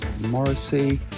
Morrissey